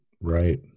Right